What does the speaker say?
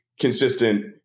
consistent